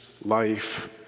life